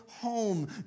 home